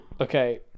Okay